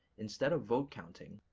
instead of vote-counting,